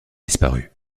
disparu